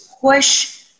push